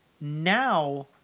Now